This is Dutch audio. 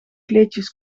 kleedjes